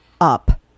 up